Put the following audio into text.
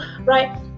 right